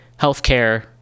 healthcare